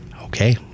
Okay